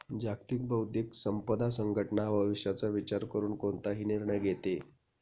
जागतिक बौद्धिक संपदा संघटना भविष्याचा विचार करून कोणताही निर्णय घेते